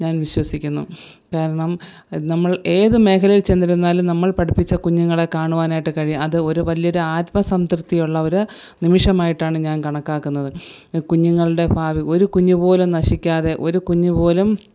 ഞാൻ വിശ്വസിക്കുന്നു കാരണം നമ്മൾ ഏതു മേഖലയിൽ ചെന്നിരുന്നാലും നമ്മൾ പഠിപ്പിച്ച കുഞ്ഞുങ്ങളെ കാണുവാനായിട്ട് കഴിയും അത് ഒരു വലിയൊരു ആത്മസംതൃപ്തിയുള്ള ഒരു നിമിഷമായിട്ടാണ് ഞാൻ കണക്കാക്കുന്നത് കുഞ്ഞുങ്ങളുടെ ഭാവി ഒരു കുഞ്ഞുപോലും നശിക്കാതെ ഒരു കുഞ്ഞുപോലും